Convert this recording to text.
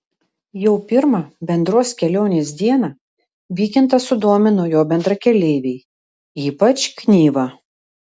jau pirmą bendros kelionės dieną vykintą sudomino jo bendrakeleiviai ypač knyva